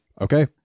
Okay